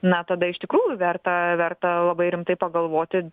na tada iš tikrųjų verta verta labai rimtai pagalvoti